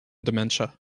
dementia